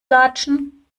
latschen